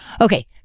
Okay